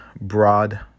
broad